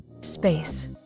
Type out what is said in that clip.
Space